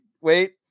wait